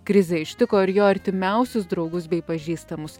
krizė ištiko ir jo artimiausius draugus bei pažįstamus